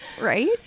right